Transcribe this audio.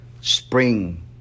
spring